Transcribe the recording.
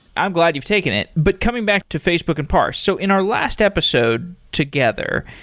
i'm glad you've taken it. but coming back to facebook and parse. so in our last episode together,